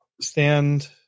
Stand